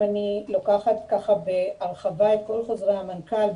אם אני לוקחת בהרחבה את כל חוזרי המנכ"ל,